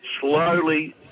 slowly